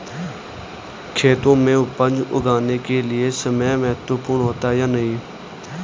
खेतों में उपज उगाने के लिये समय महत्वपूर्ण होता है या नहीं?